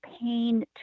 pain